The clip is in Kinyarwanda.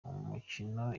umukino